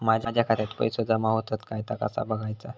माझ्या खात्यात पैसो जमा होतत काय ता कसा बगायचा?